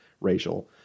racial